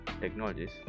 Technologies